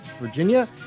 Virginia